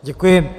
Děkuji.